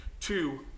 two